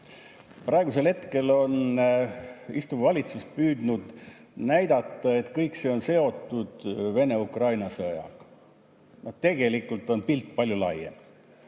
Praegu ametis istuv valitsus on püüdnud näidata, et see kõik on seotud Vene‑Ukraina sõjaga. Tegelikult on pilt palju laiem.